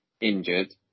injured